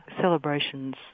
Celebrations